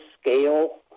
scale